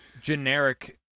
generic